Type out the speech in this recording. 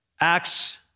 Acts